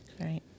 right